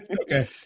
okay